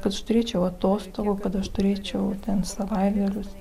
kad aš turėčiau atostogų kad aš turėčiau ten savaitgalius